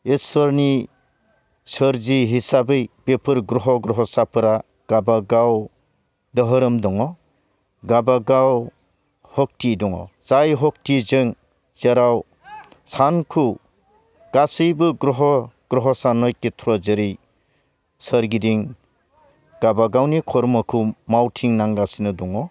इस्वोरनि सोरजि हिसाबै बेफोर ग्रह' ग्रह'साफोरा गावबागाव धोरोम दङ गावबागाव सक्ति दङ जाय सक्तिजों जेराव सानखौ गासैबो ग्रह' ग्रह'सा नय खेथ्र' जेरै सोरगिदिं गावबागावनि कर्म'खौ मावथिं नांगासिनो दङ